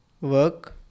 work